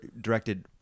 directed